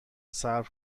صبر